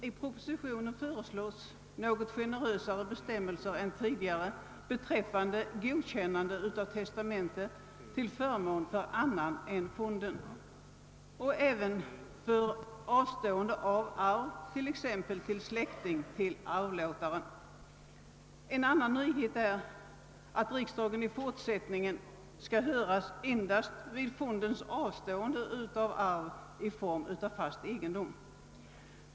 I propositionen föreslås något generösare bestämmelser än tidigare beträffande godkännande av testamente till förmån för annan än fonden samt beträffande avstående av arv exempelvis till släkting till arvlåtaren. En annan nyhet är att riksdagen i fortsättningen skall höras endast vid fondens avstående av arv i form av fast egendom.